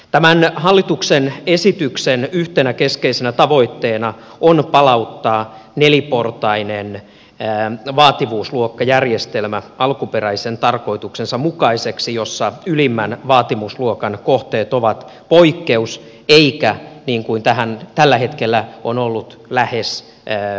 tämän hallituksen esityksen yhtenä keskeisenä tavoitteena on palauttaa neliportainen vaativuusluokkajärjestelmä alkuperäisen tarkoituksensa mukaiseksi jossa ylimmän vaativuusluokan kohteet ovat poikkeus eikä niin kuin tällä hetkellä on ollut lähes pääsääntö